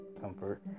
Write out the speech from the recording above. comfort